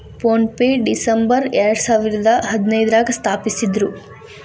phone ಪೆನ December ಎರಡಸಾವಿರದ ಹದಿನೈದ್ರಾಗ ಸ್ಥಾಪಿಸಿದ್ರು